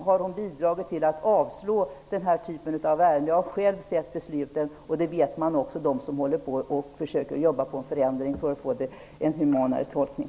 Hon har tvärtom bidragit till att avslå denna typ av ärenden. Jag har själv sett besluten, och detta vet också de som försöker jobba för en förändring mot en humanare tolkning.